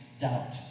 doubt